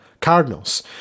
Cardinals